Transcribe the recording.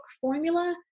formula